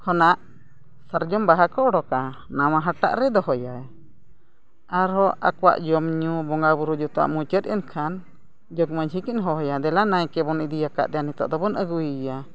ᱠᱷᱚᱱᱟᱜ ᱥᱟᱨᱡᱚᱢ ᱵᱟᱦᱟ ᱠᱚ ᱩᱰᱩᱠᱟ ᱱᱟᱣᱟ ᱦᱟᱴᱟᱜ ᱨᱮ ᱫᱚᱦᱚᱭᱟᱭ ᱟᱨᱚ ᱟᱠᱚᱣᱟᱜ ᱡᱚᱢᱼᱧᱩ ᱵᱚᱸᱜᱟᱼᱵᱩᱨᱩ ᱡᱚᱛᱚᱣᱟᱜ ᱢᱩᱪᱟᱹᱫ ᱮᱱᱠᱷᱟᱱ ᱡᱚᱜᱽ ᱢᱟᱹᱡᱷᱤ ᱠᱤᱱ ᱦᱚᱦᱚᱭᱟ ᱫᱮᱞᱟ ᱱᱟᱭᱠᱮ ᱵᱚᱱ ᱤᱫᱤᱭᱟᱠᱟᱫᱮᱭᱟ ᱱᱤᱛᱚᱜ ᱫᱚᱵᱚᱱ ᱟᱹᱜᱩᱭᱮᱭᱟ